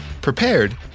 prepared